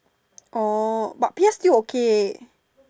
orh but P_S still okay